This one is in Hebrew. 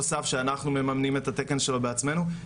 נוסף שאנחנו מממנים את התקן שלו בעצמנו.